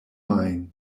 main